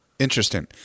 Interesting